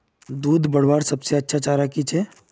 दूध बढ़वार सबसे अच्छा चारा की छे?